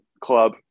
club